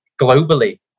globally